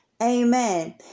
amen